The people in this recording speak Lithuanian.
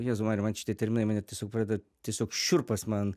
jėzau marija man šitie terminai mane tiesiog pradeda tiesiog šiurpas man